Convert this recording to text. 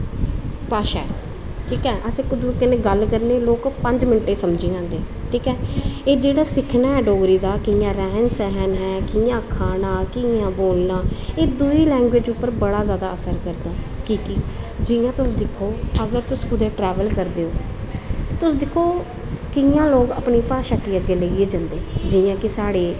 भाशा ऐ ठीक ऐ अस इक दुए कन्नै गल्ल करने लोग पंज मिंट च समझी जंदे ठीक ऐ एह् जेह्ड़ा सिक्खना ऐ डोगरी दा कि'यां रैह्न सैह्न ऐ कि'यां खाना कि'यां बोलना एह् दुई लैग्वेज़ पर बड़ा असर करदा ऐ कि के जि'यां तुस दिक्खो जि'यां तुस कुदै ट्रैवल करदे ओ ते तुस दिक्खो कि'यां लोग अपनी भाशा गी अग्गें लेइयै जंदे जि'यां कि साढ़े